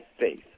faith